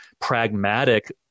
pragmatic